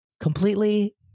completely